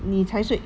你才睡